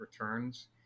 returns